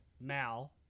Mal